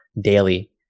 daily